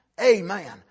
Amen